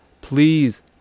Please